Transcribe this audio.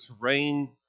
terrain